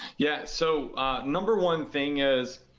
yeah, so number one thing is